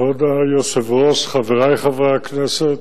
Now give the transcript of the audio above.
כבוד היושב-ראש, חברי חברי הכנסת,